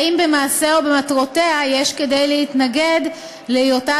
האם במעשיה או במטרותיה יש כדי להתנגד להיותה